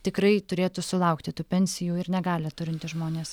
tikrai turėtų sulaukti tų pensijų ir negalią turintys žmonės